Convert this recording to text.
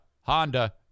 Honda